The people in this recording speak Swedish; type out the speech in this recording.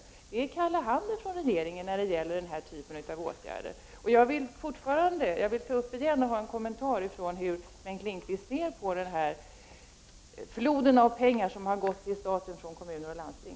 Men det är kalla handen från regeringen när det gäller den typen av åtgärder Jag vill fortfarande ha en kommentar från Bengt Lindqvist om hur han ser på den flod av pengar som gått till staten från kommuner och landsting.